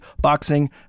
boxing